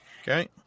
Okay